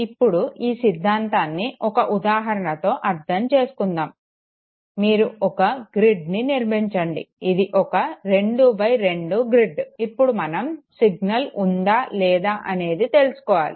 ఇప్పుడు ఈ సిద్ధాంతాన్ని ఒక ఉదాహరణతో అర్ధం చేసుకుందాము మీరు ఒక గ్రిడ్ని నిర్మించండి ఇది ఒక 2x2 గ్రిడ్ ఇప్పుడు మనం సిగ్నల్ ఉందా లేదా అనేది తెలుసుకోవాలి